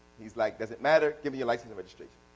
he's like doesn't matter give me your license and registration.